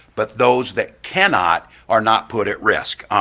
but those that cannot are not put at risk.